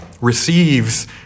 receives